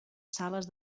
sales